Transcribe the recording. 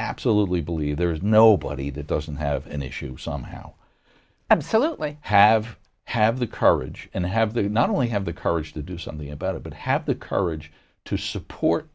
absolutely believe there's nobody that doesn't have an issue somehow absolutely have have the courage and have the not only have the courage to do something about it but have the courage to support